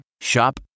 Shop